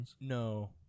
No